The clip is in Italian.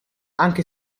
anche